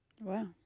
Wow